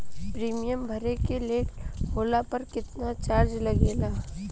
Premium भरे मे late होला पर केतना चार्ज लागेला?